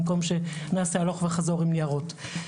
במקום שנעשה הלוך וחזור עם ניירות.